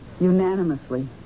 Unanimously